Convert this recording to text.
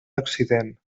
accident